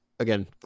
Again